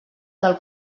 del